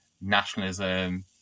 nationalism